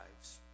lives